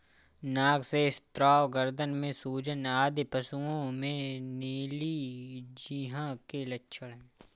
नाक से स्राव, गर्दन में सूजन आदि पशुओं में नीली जिह्वा के लक्षण हैं